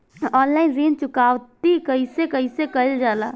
Online ऋण चुकौती कइसे कइसे कइल जाला?